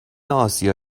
اسیا